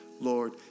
Lord